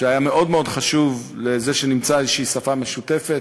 כי היה מאוד מאוד חשוב שנמצא איזו שפה משותפת,